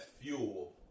fuel